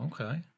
okay